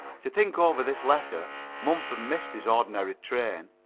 to think over this letter mumford missed his ordinary train.